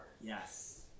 Yes